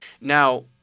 Now